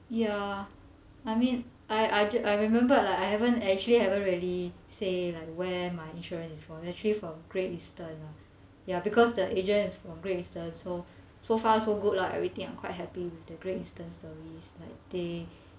ya I mean I I ju~ I remember lah I haven't actually ever really say like where my insurance is from actually from Great Eastern lah ya because the agent is from Great Eastern so so far so good lah everything I'm quite happy with the Great Eastern stories like they